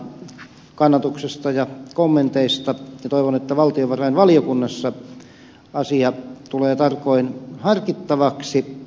kivirantaa kannatuksesta ja kommenteista ja toivon että valtiovarainvaliokunnassa asia tulee tarkoin harkittavaksi